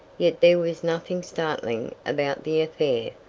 yet there was nothing startling about the affair.